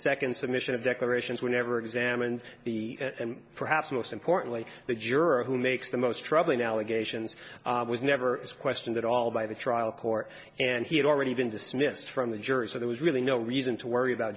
second submission of declarations were never examined the perhaps most importantly the juror who makes the most troubling allegations was never questioned at all by the trial court and he had already been dismissed from the jury so there was really no reason to worry about